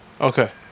Okay